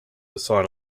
assign